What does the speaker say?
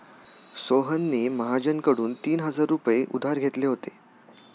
सोहनने महाजनकडून तीन हजार रुपये उधार घेतले होते